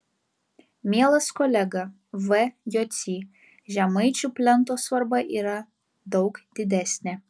mielas kolega v jocy žemaičių plento svarba yra daug didesnė